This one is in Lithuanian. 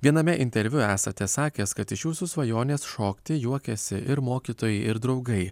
viename interviu esate sakęs kad iš jūsų svajonės šokti juokėsi ir mokytojai ir draugai